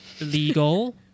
legal